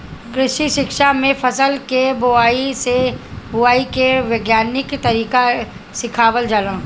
कृषि शिक्षा में फसल के बोआई के वैज्ञानिक तरीका सिखावल जाला